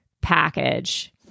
package